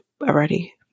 already